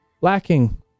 lacking